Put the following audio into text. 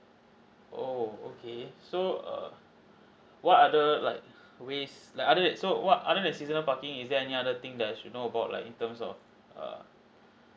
oo okay so err what are the like ways like other than so what other than seasonal parking is there any other thing that I should know about like in terms of err